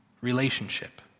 relationship